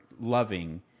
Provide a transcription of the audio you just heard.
loving